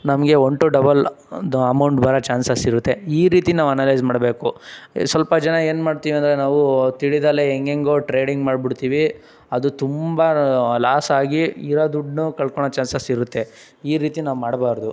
ನಮಗೆ one two double amount ಬರೋ chances ಇರುತ್ತೆ ಈ ರೀತಿ ನಾವು ಅನಲೈಸ್ ಮಾಡಬೇಕು ಸ್ವಲ್ಪ ಜನ ಏನು ಮಾಡ್ತೀವಿ ಅಂದರೆ ನಾವು ತಿಳಿದಲೆ ಹೆಂಗೆಂಗೋ ಟ್ರೇಡಿಂಗ್ ಮಾಡ್ಬಿಡ್ತೀವಿ ಅದು ತುಂಬ ಲಾಸ್ ಆಗಿ ಇರೋ ದುಡ್ಡನ್ನೂ ಕಳ್ಕೊಳೋ ಚಾನ್ಸಸ್ ಇರುತ್ತೆ ಈ ರೀತಿ ನಾವು ಮಾಡಬಾರ್ದು